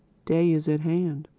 day is at hand.